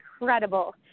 incredible